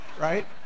right